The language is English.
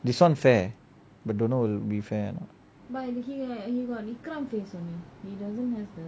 this fair but don't know will be fair or not